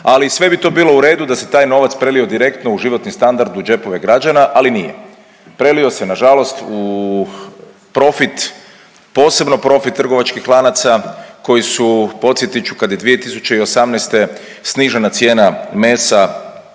ali sve bi to bilo u redu da se taj novac prelio direktno u životni standard u džepove građana. Ali nije, prelio se nažalost u profit, posebno profit trgovačkih lanaca koji su podsjetit ću kad je 2018. snižena cijena mesa,